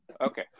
Okay